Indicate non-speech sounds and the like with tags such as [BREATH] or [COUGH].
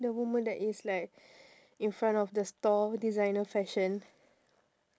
the woman that is like [BREATH] in front of the store designer fashion